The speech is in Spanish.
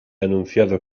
anunciado